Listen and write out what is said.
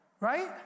right